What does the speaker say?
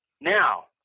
now